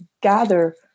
gather